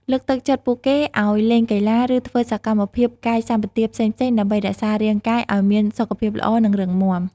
លើកទឹកចិត្តពួកគេឲ្យលេងកីឡា ឬធ្វើសកម្មភាពកាយសម្បទាផ្សេងៗ ដើម្បីរក្សារាងកាយឲ្យមានសុខភាពល្អ និងរឹងមាំ។